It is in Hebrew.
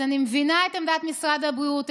אני מבינה את עמדת משרד הבריאות,